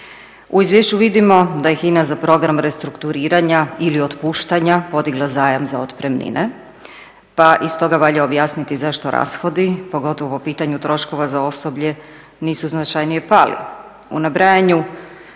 U izvješću vidimo da je HINA za program restrukturiranja ili otpuštanja podigla zajam za otpremnine pa i stoga valja objasniti zašto rashodi, pogotovo po pitanju troškova za osoblje, nisu značajnije pali. U nabrajanju